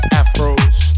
afros